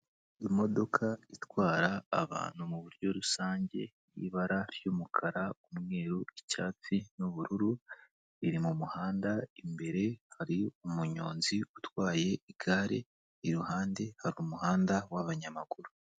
Imodoka itwara abantu muburyo rusange, ibara ry'umukara, umweru, icyatsi n'ubururu, biri mumuhanda. imbere hari umunyonzi utwaye igare, iruhande hari umuhanda wabanyamaguru.